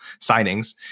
signings